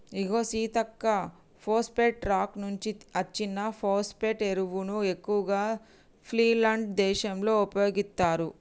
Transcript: ఇగో సీతక్క phosphate rock నుంచి అచ్చిన ఫోస్పటే ఎరువును ఎక్కువగా ఫిన్లాండ్ దేశంలో ఉపయోగిత్తారు